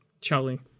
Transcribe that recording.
Charlie